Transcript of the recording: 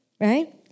Right